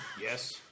Yes